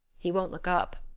he won't look up.